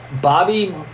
Bobby